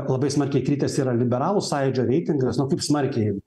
labai smarkiai kritęs yra liberalų sąjūdžio reitingas nu kaip smarkiai